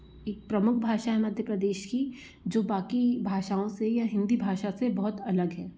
इक प्रमुख भाषा है मध्य प्रदेश की जो बाकी भाषाओं से या हिन्दी भाषा से बहुत अलग है